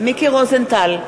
מיקי רוזנטל,